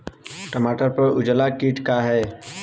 टमाटर पर उजला किट का है?